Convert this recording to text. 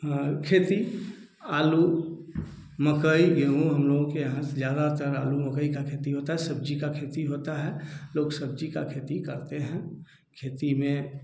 खेती आलू मकई गेहूँ हम लोग के यहाँ ज्यादा तर आलू मकाई की खेती होती है सब्जी की खेती होती है लोग सब्जी की खेती करते हैं खेती में